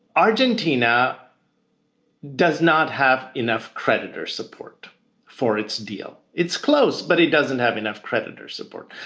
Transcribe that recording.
argentina does not have enough creditors support for its deal. it's close, but it doesn't have enough creditors support.